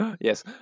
Yes